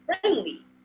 friendly